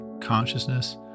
consciousness